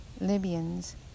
Libyans